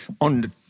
on